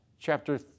chapter